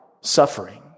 suffering